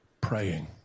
praying